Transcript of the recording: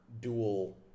dual